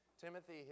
Timothy